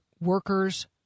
workers